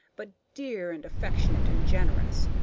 but dear and affectionate and generous.